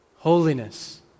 Holiness